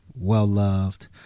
well-loved